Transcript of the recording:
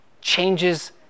changes